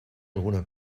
alguna